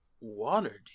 water